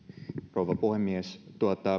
rouva puhemies